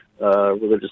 religious